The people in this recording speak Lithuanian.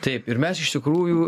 taip ir mes iš tikrųjų